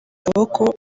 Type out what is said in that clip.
akaboko